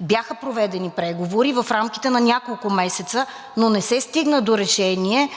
Бяха проведени преговори в рамките на няколко месеца, но не се стигна до решение,